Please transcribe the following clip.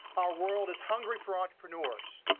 our world is hungry for entrepreneurs.